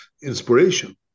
inspiration